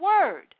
word